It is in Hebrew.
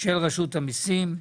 של רשות המיסים,